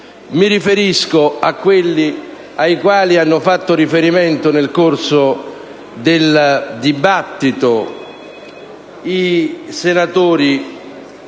Mi riferisco a quelli ai quali hanno fatto riferimento nel corso del dibattito i senatori